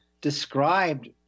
described